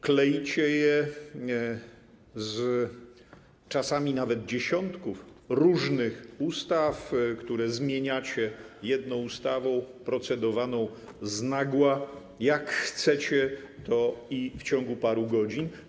Kleicie je czasami nawet z dziesiątek różnych ustaw, które zmieniacie jedną ustawą procedowaną z nagła, jak chcecie, to i w ciągu paru godzin.